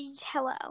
hello